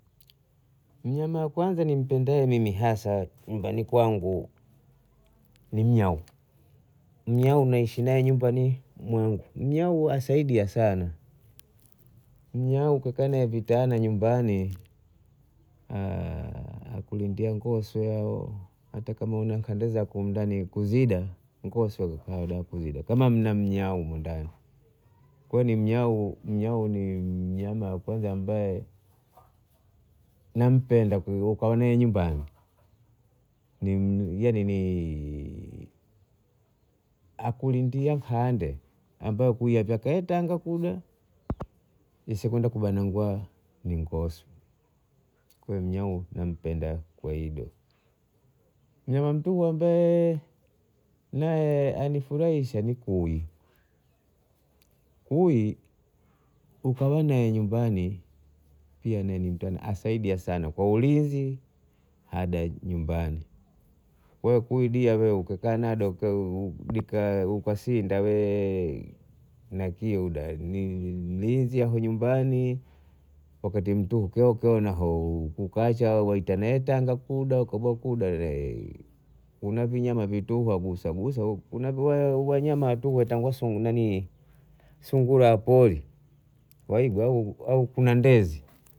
Mnyama wa kwanza nimpendae mimi haswa nyumbani kwangu ni mnyau, mnyau nahishi nae nyumbani mwangu, mnyau asaidia sana. Mnyau kakanae vitaa na nyumbani akulindia ngoswe hao hata kama huna kataaza kwa undani kuzida ngoswe kayoda kuzida kama mna mnyau humo ndani. Kwani mnyau mnyau ni mnyama wa kwanza ambaye nampenda kuliko kukaa nae nyumbani, mnyaa yani akulindia ng'ahande ambakuya kuya tangakuya asikubanangwa ni ngoswe, kwa hiyo mnyau nampendea kwa hivyo. Mnyama mkuihi nae anifurahisha ni kui, kui ukawa nae nyumbani pia ni mtu asaidia sana kwa ulinzi hada nyumbani kwae kui dia ukakaa nada ukasinda wee na kui ni mlinzi hapo nyumbani wakati mtu uki- ukiwa unaho ukaacha wanaita natenga kuda ukaiba kuda una vinyama vitua ukagusa gusa una wanyama hatunga nanii sungura poli waigwa au kuna ndezi.